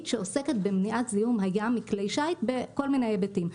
שעוסקת במניעת זיהום הים מכלי שיט בכל מיני היבטים.